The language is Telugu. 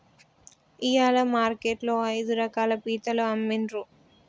ఇయాల మార్కెట్ లో ఐదు రకాల పీతలు అమ్మిన్రు